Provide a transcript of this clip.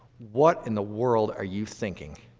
what in the world are you thinking?